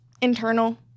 internal